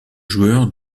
joueur